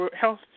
health